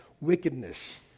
wickedness